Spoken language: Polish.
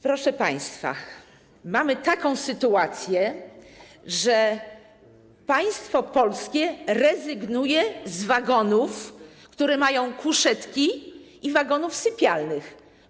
Proszę państwa, mamy taką sytuację, że państwo polskie rezygnuje z wagonów, które mają kuszetki, i wagonów sypialnych.